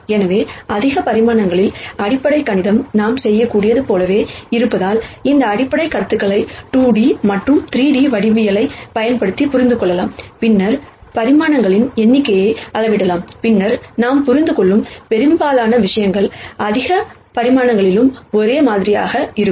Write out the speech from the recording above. எனவே அதிக பரிமாணங்களில் அடிப்படை கணிதம் நாம் செய்யக்கூடியது போலவே இருப்பதால் இந்த அடிப்படைக் கருத்துகளை 2D மற்றும் 3D ஜாமெட்ரி பயன்படுத்தி புரிந்து கொள்ளலாம் பின்னர் பரிமாணங்களின் எண்ணிக்கையை அளவிடலாம் பின்னர் நாம் புரிந்துகொள்ளும் பெரும்பாலான விஷயங்கள் அதிக பரிமாணங்களிலும் ஒரே மாதிரியாக இருக்கும்